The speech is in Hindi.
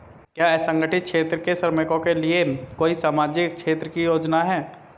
क्या असंगठित क्षेत्र के श्रमिकों के लिए कोई सामाजिक क्षेत्र की योजना है?